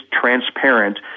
transparent